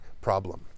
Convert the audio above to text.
problem